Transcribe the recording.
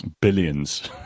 Billions